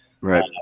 right